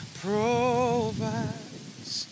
provides